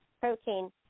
protein